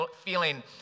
feeling